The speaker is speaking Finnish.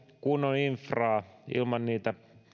kunnon infraa ilman niitä